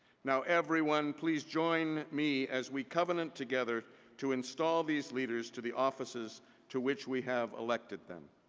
now everyone, please join me as we covenant together to install these leaders to the offices to which we have elected them.